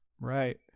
Right